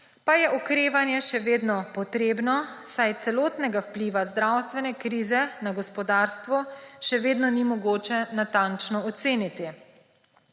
pa je okrevanje še vedno potrebno, saj celotnega vpliva zdravstvene krize na gospodarstvo še vedno ni mogoče natančno oceniti.